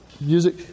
music